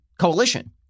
coalition